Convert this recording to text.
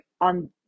on